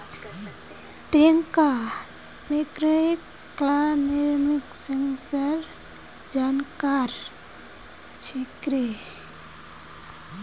प्रियंका मैक्रोइकॉनॉमिक्सेर जानकार छेक्